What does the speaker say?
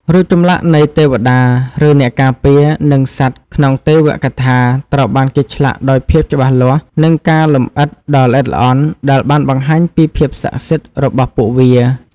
រូបចម្លាក់នៃទេវតា ឬអ្នកការពារ និងសត្វក្នុងទេវកថាត្រូវបានគេឆ្លាក់ដោយភាពច្បាស់លាស់ និងការលម្អិតដ៏ល្អិតល្អន់ដែលបានបង្ហាញពីភាពស័ក្តិសិទ្ធិរបស់ពួកវា។